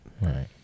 right